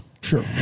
Sure